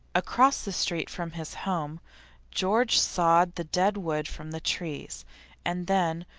across the street from his home george sawed the dead wood from the trees and then,